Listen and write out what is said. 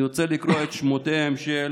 אני רוצה לקרוא את שמותיהם של